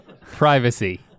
privacy